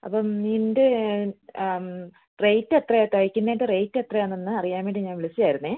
അപ്പം നിൻ്റെ റേറ്റ് എത്രയാ തയ്ക്കുന്നതിന്റെ റേറ്റ് എത്രയാണെന്ന് അറിയാൻ വേണ്ടി ഞാൻ വിളിച്ചതായിരുന്നു